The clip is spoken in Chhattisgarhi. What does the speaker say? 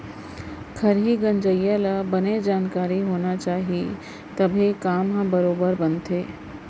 खरही गंजइया ल बने जानकार होना चाही तभे काम ह बरोबर बनथे